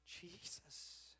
Jesus